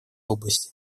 области